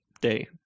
Day